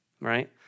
right